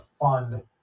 fund